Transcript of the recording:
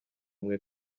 umwe